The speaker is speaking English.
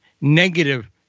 negative